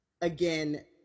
again